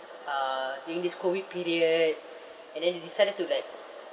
uh during this COVID period and then they decided to like